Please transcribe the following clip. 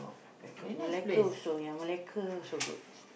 Bangkok Malacca also ya Malacca also good